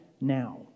now